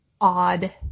odd